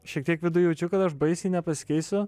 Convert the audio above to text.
šiek tiek viduj jaučiu kad aš baisiai nepasikeisiu